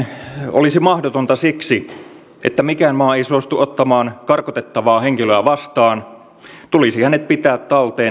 olisi mahdotonta siksi että mikään maa ei suostu ottamaan karkotettavaa henkilöä vastaan tulisi hänet pitää talteenotettuna